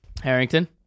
Harrington